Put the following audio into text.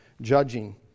judging